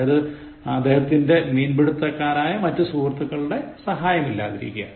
അതായത് അദ്ദേഹത്തിന്റെ മീൻപിടുത്തക്കാരായ മറ്റു സുഹൃത്തുക്കളുടെ സഹായം ഇല്ലാതിരിക്കുക